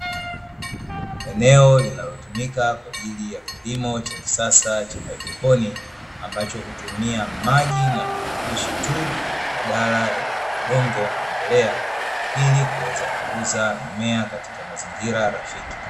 Eneo linalotumika kwaajili ya kilimo cha kisasa cha haidroponi, ambacho hutumia maji na virutubishi tu badala ya udongo na mbolea ili kuweza kukuza mimea katika mazingira rafiki.